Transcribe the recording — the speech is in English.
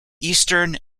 eastern